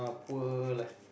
poor like